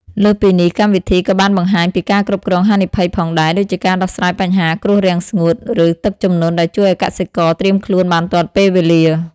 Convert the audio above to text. លើសពីនេះ កម្មវិធីក៏បានបង្ហាញពីការគ្រប់គ្រងហានិភ័យផងដែរ ដូចជាការដោះស្រាយបញ្ហាគ្រោះរាំងស្ងួត ឬទឹកជំនន់ ដែលជួយឲ្យកសិករត្រៀមខ្លួនបានទាន់ពេលវេលា។